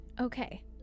Okay